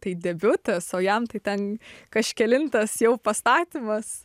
tai debiutas o jam tai ten kažkelintas jau pastatymas